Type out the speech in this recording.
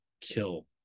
kill